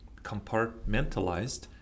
compartmentalized